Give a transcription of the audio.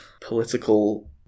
political